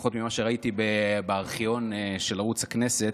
לפחות ממה שראיתי בארכיון של ערוץ הכנסת,